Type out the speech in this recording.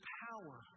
power